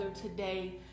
today